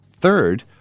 Third